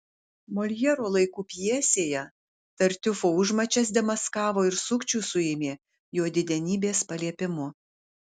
moljero laikų pjesėje tartiufo užmačias demaskavo ir sukčių suėmė jo didenybės paliepimu